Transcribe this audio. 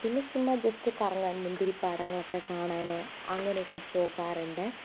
പിന്നെ ചുമ്മാ ജസ്റ്റ് കറങ്ങാൻ മുന്തിരി പാടങ്ങളൊക്കെ കാണാൻ അങ്ങനെയൊക്കെ പോകാറുണ്ട്